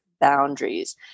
boundaries